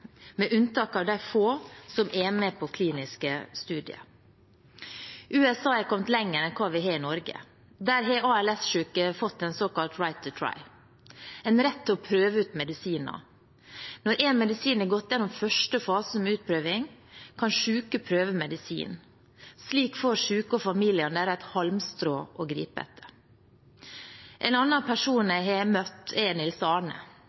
med unntak av de få som er med på kliniske studier. USA har kommet lenger enn hva vi har i Norge. Der har ALS-syke fått en såkalt «right to try», en rett til å prøve ut medisiner. Når en medisin har gått gjennom første fase med utprøving, kan syke prøve medisinen. Slik får syke og familiene deres et halmstrå å gripe etter. En annen